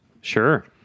sure